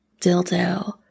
dildo